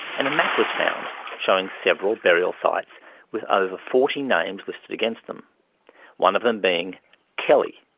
and a map was found, showing several burial sites with over forty names listed against them one of them being kelly.